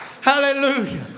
Hallelujah